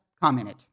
commented